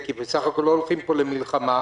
בסך הכול לא הולכים פה למלחמה.